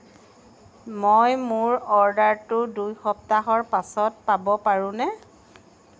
মই মোৰ অৰ্ডাৰটো দুই সপ্তাহৰ পাছত পাব পাৰোঁনে